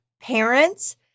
parents